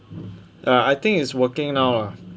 uh I think is working now lah